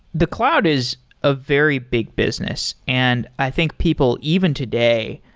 the cloud is a very big business, and i think people even today,